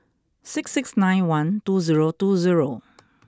six six nine one two zero two zero